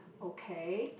okay